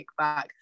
Kickback